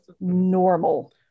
normal